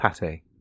pate